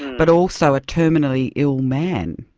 but also a terminally ill man.